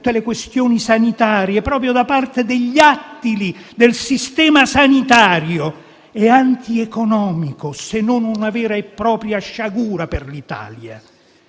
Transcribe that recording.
le questioni sanitarie proprio da parte degli "Attila" del sistema sanitario, è antieconomico, se non una vera e propria sciagura per l'Italia.